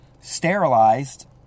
sterilized